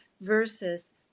versus